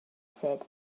said